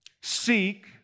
seek